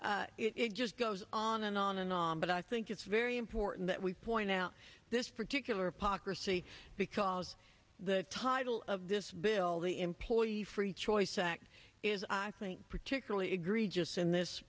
it just goes on and on and on but i think it's very important that we point out this particular poc recy because the title of this bill the employee free choice act is i think particularly egregious in this